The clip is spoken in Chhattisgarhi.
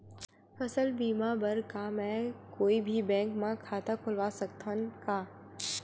फसल बीमा बर का मैं कोई भी बैंक म खाता खोलवा सकथन का?